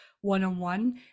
one-on-one